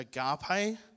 agape